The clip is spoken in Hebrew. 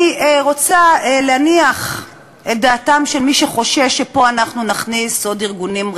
אני רוצה להניח את דעתו של מי שחושש שאנחנו פה נכניס עוד ארגונים,